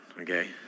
okay